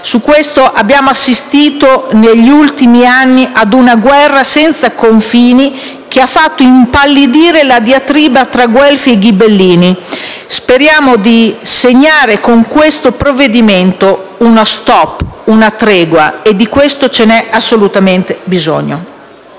Su questo abbiamo assistito negli ultimi anni ad una guerra senza confini che ha fatto impallidire la diatriba tra guelfi e ghibellini. Speriamo di segnare, con questo provvedimento, uno stop, una tregua. Ne abbiamo assolutamente bisogno.